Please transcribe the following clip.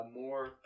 more